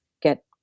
get